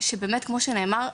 כמו שנאמר,